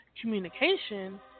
communication